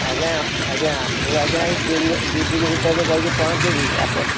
ଆଜ୍ଞା ଆଜ୍ଞା ମୁଁ ଆଜ୍ଞା ଏହି ଦିନେ ଦୁଇଦିନ ଭିତରେ ଯାଇକି ପହଞ୍ଚିବି ଆପଣ